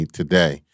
today